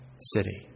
city